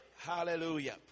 Hallelujah